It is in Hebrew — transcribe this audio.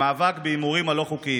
הספורט והתרבות בנושא ההימורים הבלתי-חוקיים